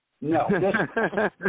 No